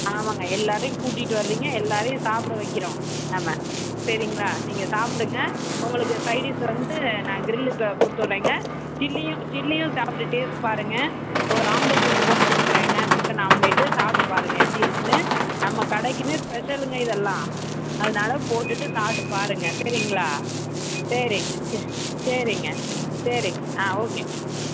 ஆமாங்க எல்லோரையும் கூட்டிகிட்டு வரிங்க எல்லோரையும் சாப்பிட வைக்கிறோம் நம்ம சரிங்களா நீங்கள் சாப்பிடுங்க உங்களுக்கு சைட் டிஷ் வந்து நான் கிரில் க கொடுத்து விடுகிறேங்க சில்லியும் சில்லியும் சாப்பிட்டு டேஸ்ட் பாருங்கள் ஒரு ஆம்லெட் ஒன்று போட சொல்கிறேங்க சிக்கன் ஆம்லேட்டு சாப்பிட்டு பாருங்கள் எப்படி இருக்குன்னு நம்ம கடைக்குனு ஸ்பெஷலுங்க இதெல்லாம் அதனால போட்டுவிட்டு சாப்பிட்டு பாருங்கள் சரிங்களா சரிங்க சரிங்க ஓகேங்க ம்